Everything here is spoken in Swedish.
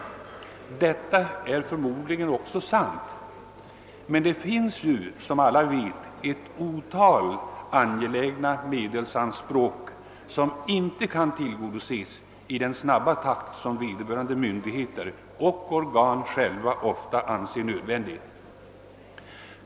Detta är förmodligen också sant, men som alla vet föreligger ett otal anspråk på medel för angelägna ändamål som emellertid inte kan tillgodoses i den snabba takt vederbörande myndigheter och organ själva ofta anser nödvändig.